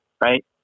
right